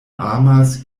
amas